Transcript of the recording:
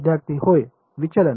विद्यार्थी होय विचलन